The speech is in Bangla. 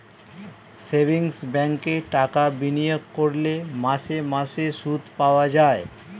সেভিংস ব্যাঙ্কে টাকা বিনিয়োগ করলে মাসে মাসে সুদ পাওয়া যায়